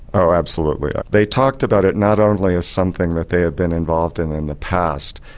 oh absolutely, they talked about it not only as something that they had been involved in in the past,